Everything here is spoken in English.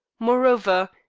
moreover,